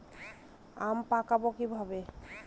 আম পাকাবো কিভাবে?